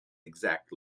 exact